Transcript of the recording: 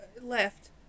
left